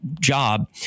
job